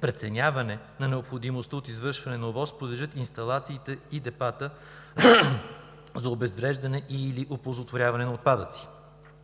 преценяване на необходимостта от извършване на ОВОС подлежат инсталациите и депата за обезвреждане и/или оползотворяване на отпадъци.